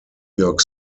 york